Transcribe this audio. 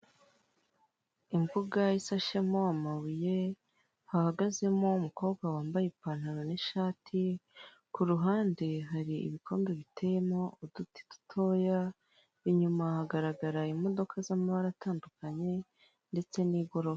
Imbuga isashemo amabuye, ahagazemo umukobwa wambaye ipantaro n'ishati, ku ruhande hari ibikombe biteyemo uduti dutoya, inyuma hagaragara imodoka zamabara atandukanye ndetse n'igorofa.